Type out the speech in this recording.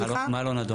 מה לא נדון?